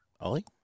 Ollie